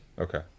Okay